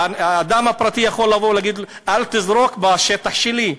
אדם פרטי יכול לבוא ולהגיד: אל תזרוק בשטח שלי,